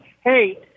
Hey